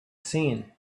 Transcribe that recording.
seen